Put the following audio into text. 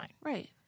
right